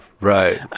right